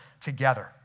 together